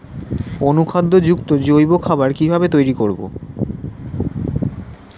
অনুখাদ্য যুক্ত জৈব খাবার কিভাবে তৈরি করব?